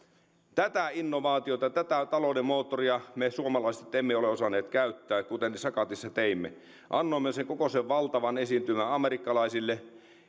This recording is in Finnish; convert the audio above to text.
tätä innovaatiota ja tätä talouden moottoria me suomalaiset emme ole osanneet käyttää kuten sakatissa teimme annoimme sen koko valtavan esiintymän amerikkalaisille